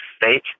fake